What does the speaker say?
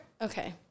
Okay